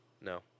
No